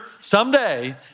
someday